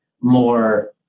more